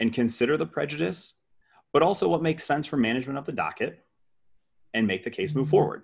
and consider the prejudice but also it makes sense for management of the docket and make the case move forward